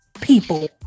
people